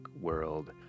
world